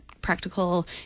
practical